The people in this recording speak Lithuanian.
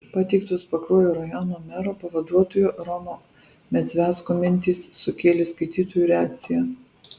pateiktos pakruojo rajono mero pavaduotojo romo medzvecko mintys sukėlė skaitytojų reakciją